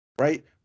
right